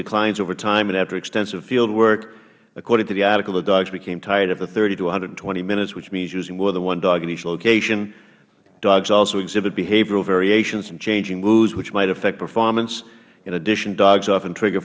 declines over time and after extensive field work according to the articles the dogs became tired of the thirty to one hundred and twenty minutes which means using more than one dog at each location dogs also exhibit behavioral variations and changing moods which might affect performance in addition dogs often trigger